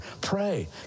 Pray